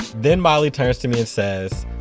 then miley turns to me and says,